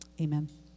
amen